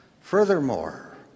Furthermore